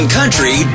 country